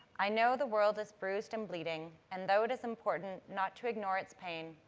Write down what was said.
i know the world is bruised and bleeding and though it is important not to ignore its pain,